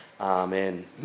Amen